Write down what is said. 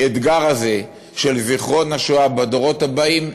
שהאתגר הזה של זיכרון השואה בדורות הבאים,